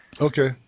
Okay